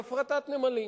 והפרטת נמלים.